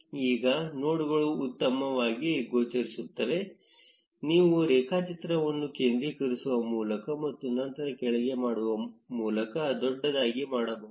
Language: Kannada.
ಈಗ ನೋಡ್ಗಳು ಉತ್ತಮವಾಗಿ ಗೋಚರಿಸುತ್ತವೆ ನೀವು ರೇಖಾಚಿತ್ರವನ್ನು ಕೇಂದ್ರೀಕರಿಸುವ ಮೂಲಕ ಮತ್ತು ನಂತರ ಕೆಳಗೆ ಮಾಡುವ ಮೂಲಕ ದೊಡ್ಡದಾಗಿ ಮಾಡಬಹುದು